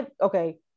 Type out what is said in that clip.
Okay